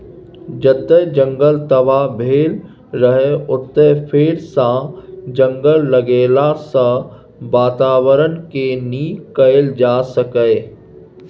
जतय जंगल तबाह भेल रहय ओतय फेरसँ जंगल लगेलाँ सँ बाताबरणकेँ नीक कएल जा सकैए